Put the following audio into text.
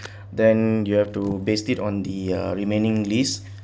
then you have to based it on the uh remaining lease